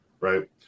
right